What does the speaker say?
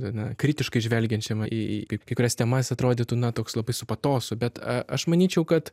gana kritiškai žvelgiančiam į kai kurias temas atrodytų na toks labai su patosu bet aš manyčiau kad